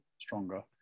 stronger